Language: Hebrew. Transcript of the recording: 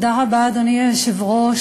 אדוני היושב-ראש,